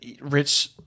Rich